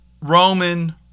Roman